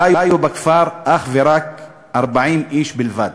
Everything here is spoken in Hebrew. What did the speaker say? חיו בכפר 40 איש בלבד.